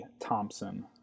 thompson